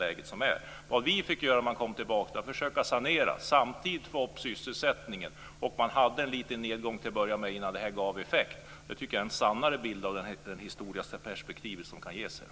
När vi kom tillbaka fick vi försöka sanera och samtidigt få upp sysselsättningen. Till att börja med skedde en nedgång innan det gav effekt. Det är en sannare bild av det historiska perspektivet.